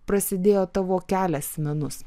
prasidėjo tavo kelias į menus